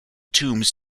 tombs